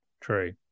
True